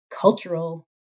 cultural